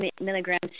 milligrams